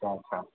हा हा